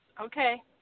Okay